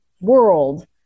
world